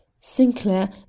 Sinclair